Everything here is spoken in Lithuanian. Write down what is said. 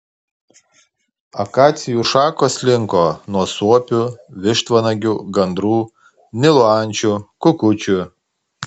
akacijų šakos linko nuo suopių vištvanagių gandrų nilo ančių kukučių